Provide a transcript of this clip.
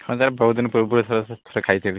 ହଁ ସାର୍ ବହୁତ ଦିନ ପୂର୍ବରୁ ଥରେ ସାର୍ ଖାଇଥିଲି